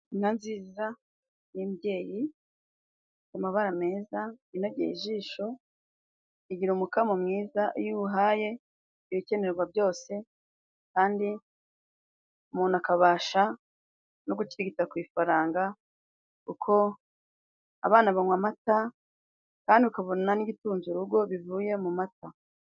Inka nziza y imbyeyi, amabara meza inogeye ijisho, igira umukamo mwiza iyo uwuhaye ibikenerwa byose, kandi umuntu akabasha no gukirigita ku ifaranga, kuko abana banywa amata kandi ukabona n'igitunze urugo bivuye mu mata.